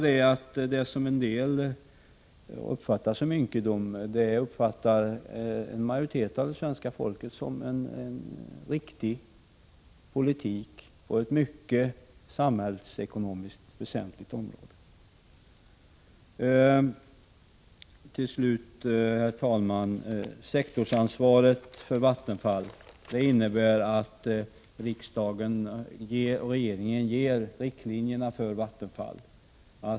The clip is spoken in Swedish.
Det som en del uppfattar som ynkedom uppfattar en majoritet av det svenska folket som en riktig politik på ett samhällsekonomiskt mycket viktigt område. Till slut: Sektorsansvaret för Vattenfall innebär att regeringen ger riktlinjer till Vattenfall.